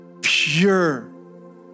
pure